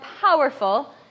powerful